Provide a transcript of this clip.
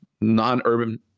non-urban